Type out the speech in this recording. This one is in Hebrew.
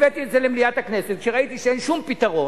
הבאתי את זה למליאת הכנסת, כשראיתי שאין שום פתרון